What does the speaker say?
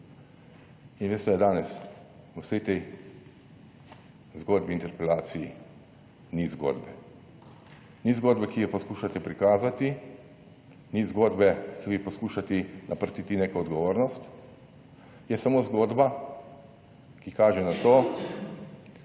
In veste, je danes v vsej tej zgodbi, interpelaciji ni zgodbe, ni zgodbe, ki jo poskušate prikazati, ni zgodbe, ki poskušate naprtiti neko odgovornost, je samo zgodba, ki kaže na to,